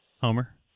Homer